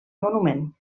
monument